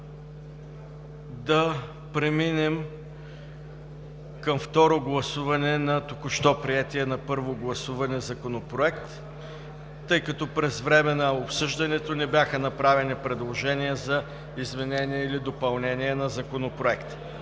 да преминем към второ гласуване на току-що приетия на първо гласуване Законопроект, тъй като по време на обсъждането не бяха направени предложения за неговото изменение или допълнение. Благодаря Ви.